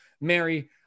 Mary